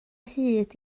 hyd